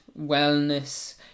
wellness